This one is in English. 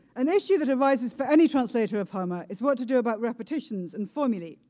an issue that arises for any translator of homer is what to do about repetitions and formulae.